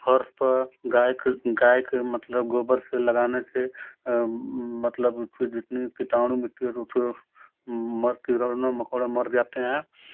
फर्श पर गाय के गाय के मतलब गोबर से लगाने से मतलब उसके जितनी कीटाणु मिट्टी कीड़ा मकोड़ा मर जाते हैं